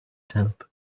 tenth